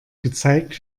gezeigt